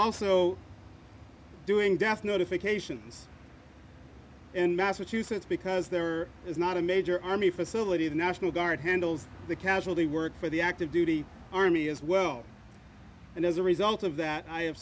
also doing death notifications in massachusetts because there is not a major army facility the national guard handles the casualty work for the active duty army as well and as a result of that i have